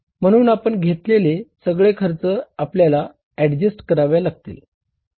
म्हणून आपण घेलेले सगळे खर्च आपल्याला ऍडजस्ट कराव्या लागतील